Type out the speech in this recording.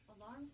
Alarm